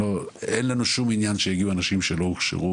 אין לנו שום עניין שיגיעו אנשים שהם לא הוכשרו